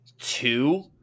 two